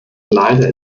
leider